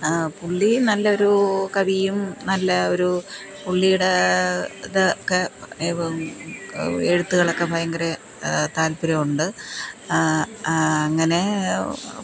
പുള്ളി നല്ലൊരു കവിയും നല്ല ഒരു പുള്ളിയുടെ ഇതൊക്കെ എഴുത്തുകൾ ഒക്കെ ഭയങ്കരെ താല്പര്യമുണ്ട് അങ്ങനെ